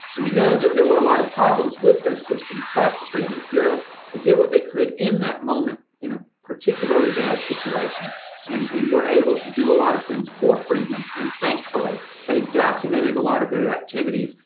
we know that there were a lot of problems with those systems, but the freedmen's bureau, they did what they could in that moment in a particularly bad situation and and were able to do a lot of things for freedmen and thankfully, they documented a lot of their activities,